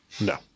No